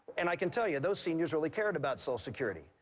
and i can tell you those seniors really cared about social security.